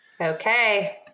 Okay